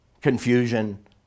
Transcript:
confusion